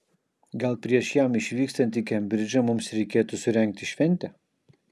gal prieš jam išvykstant į kembridžą mums reikėtų surengti šventę